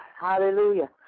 Hallelujah